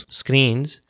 screens